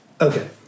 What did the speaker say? Okay